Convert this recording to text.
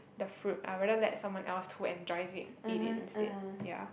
the fruit I rather let someone else who enjoys it eat it instead yeah